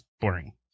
boring